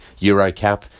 Eurocap